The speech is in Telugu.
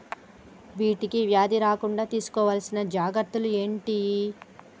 వీటికి వ్యాధి రాకుండా తీసుకోవాల్సిన జాగ్రత్తలు ఏంటియి?